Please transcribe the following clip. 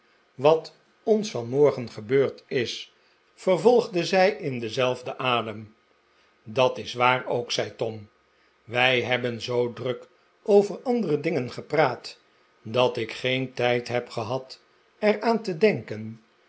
wat ons vanmorgen gebeurd is vervolgde zij in denzelfden adem dat is waar ook zei tom wij hebben zoo druk over andere dingen gepraat dat ik geen tijd heb gehad er aan te denken